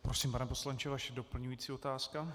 Prosím, pane poslanče, vaše doplňující otázka.